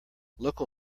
local